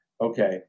okay